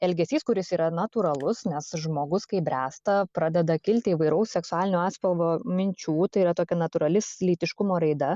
elgesys kuris yra natūralus nes žmogus kai bręsta pradeda kilti įvairaus seksualinio atspalvo minčių tai yra tokia natūralis lytiškumo raida